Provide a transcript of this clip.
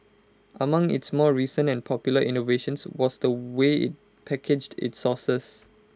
among its more recent and popular innovations was the way IT packaged its sauces